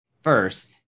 first